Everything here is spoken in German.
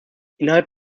innerhalb